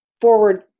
Forward